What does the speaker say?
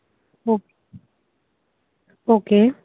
okay okay